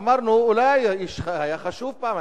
ואמרנו: אולי האיש היה חשוב פעם,